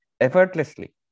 effortlessly